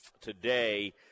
today